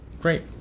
Great